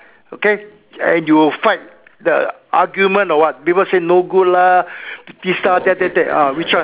okay and you'll fight the argument or what people say no good lah pizza that that that ah which one